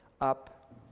up